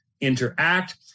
interact